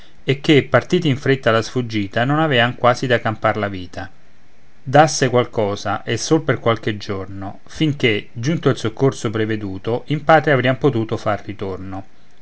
e che partiti in fretta alla sfuggita non avean quasi da campar la vita dasse qualcosa e sol per qualche giorno finché giunto il soccorso preveduto in patria avrian potuto far ritorno